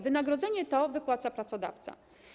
Wynagrodzenie to wypłaca pracodawca.